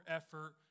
effort